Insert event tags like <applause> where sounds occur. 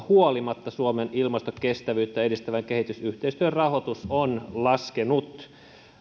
<unintelligible> huolimatta suomen ilmastokestävyyttä edistävän kehitysyhteistyön rahoitus on laskenut